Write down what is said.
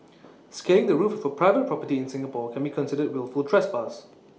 scaling the roof of A private property in Singapore can be considered wilful trespass